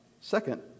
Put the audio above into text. Second